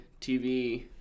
TV